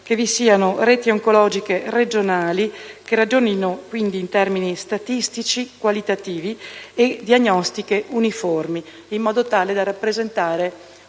di reti oncologiche regionali, che ragionino quindi in termini statistici qualitativi, e di diagnostiche uniformi, in modo tale da poter avere